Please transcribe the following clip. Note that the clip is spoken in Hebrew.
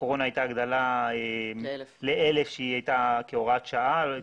בקורונה הייתה הגדלה ל-1,000 שהיא הייתה כהוראת שעה,